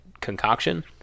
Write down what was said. concoction